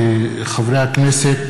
חברי הכנסת,